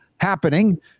happening